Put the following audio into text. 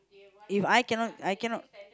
if I cannot I cannot